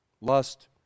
lust